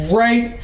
right